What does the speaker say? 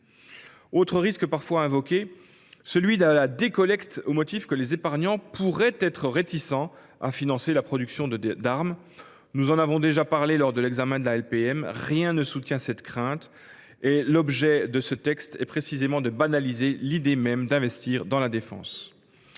autre risque parfois invoqué est celui de la décollecte, au motif que les épargnants pourraient être réticents à financer la production d’armes. Eh bien oui ! Nous en avons déjà parlé lors de l’examen de la LPM : rien ne permet d’étayer cette crainte,… Ah bon ?… et l’objet du texte est précisément de banaliser l’idée même d’investir dans la défense.